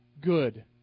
good